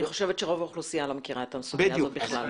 אני חושבת שרוב האוכלוסייה לא מכירה את הסוגיה הזאת בכלל.